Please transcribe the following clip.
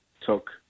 took